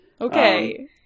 Okay